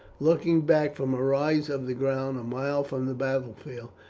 looking back from a rise of the ground a mile from the battlefield,